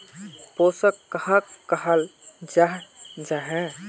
पोषण कहाक कहाल जाहा जाहा?